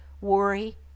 worry